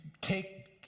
take